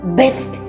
best